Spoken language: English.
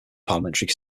parliamentary